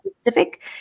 specific